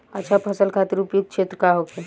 अच्छा फसल खातिर उपयुक्त क्षेत्र का होखे?